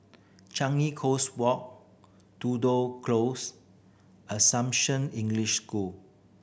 Changi Coast Walk Tudor Close Assumption English School